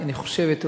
אני חושבת,